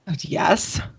Yes